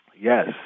Yes